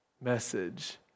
message